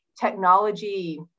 technology